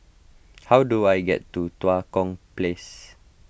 how do I get to Tua Kong Place